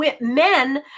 men